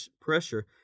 pressure